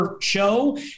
show